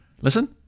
Listen